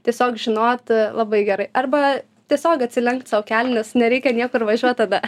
tiesiog žinot labai gerai arba tiesiog atsilenkt sau kelnes nereikia niekur važiuot tada